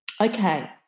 okay